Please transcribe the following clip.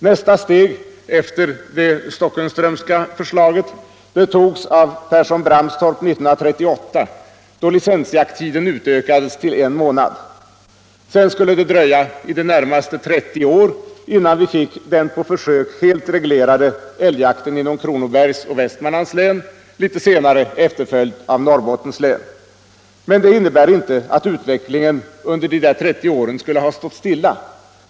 Nästa steg efter det von Stockenströmska förslaget togs av riksdagen under Pehrsson-Bramstorp år 1938, då licensjakttiden utökades till en månad. Sedan skulle det dröja i det närmaste 30 år innan vi fick den på försök helt reglerade älgjakten inom Kronobergs och Västmanlands län, litet senare efterföljd av Norrbottens län. Men detta innebär inte att utvecklingen under dessa 30 år skulle ha stått stilla.